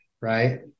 right